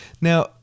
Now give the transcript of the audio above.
Now